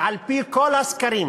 שכן על-פי כל הסקרים